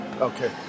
Okay